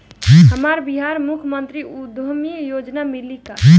हमरा बिहार मुख्यमंत्री उद्यमी योजना मिली का?